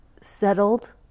settled